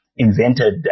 invented